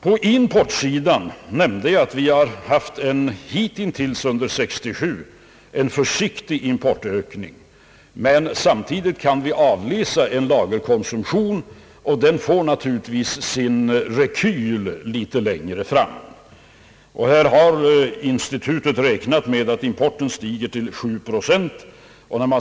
På importsidan har vi, som jag nämnde, hittills under 1967 haft en försiktig ökning. Men samtidigt kan vi avläsa en lagerkonsumtion, som naturligtvis får sin rekyl litet längre fram, Institutet beräknar att importen skall stiga med 7 procent.